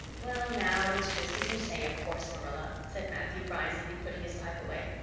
well now, it's just as you say, of course, marilla, said matthew rising and putting his pipe away.